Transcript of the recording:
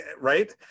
right